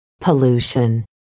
pollution